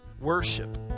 worship